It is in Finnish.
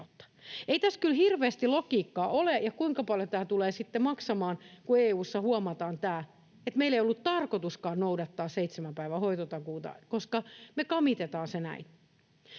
Ei tässä kyllä hirveästi logiikkaa ole. Ja kuinka paljon tämä tulee sitten maksamaan, kun EU:ssa huomataan tämä, että meillä ei ollut tarkoituskaan noudattaa seitsemän päivän hoitotakuuta, koska me kamitetaan se näin?